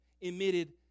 emitted